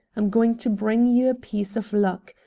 i'm going to bring you a piece of luck.